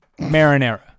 marinara